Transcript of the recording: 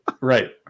Right